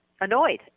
annoyed